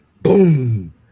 boom